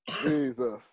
Jesus